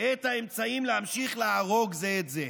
את האמצעים להמשיך להרוג זה את זה.